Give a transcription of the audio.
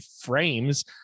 frames